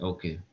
Okay